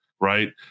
Right